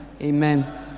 Amen